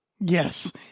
Yes